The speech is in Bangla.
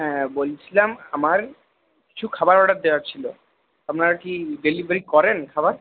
হ্যাঁ বলছিলাম আমার কিছু খাবার অর্ডার দেওয়ার ছিল আপনারা কি ডেলিভারি করেন খাবার